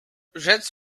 rzec